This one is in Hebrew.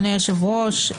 אדוני היושב-ראש,